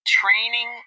training